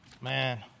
Man